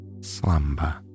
slumber